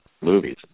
movies